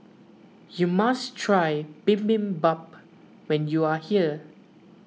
you must try Bibimbap when you are here